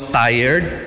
tired